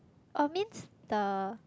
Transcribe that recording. or means the